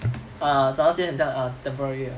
ah 找一些很像 ah temporary 的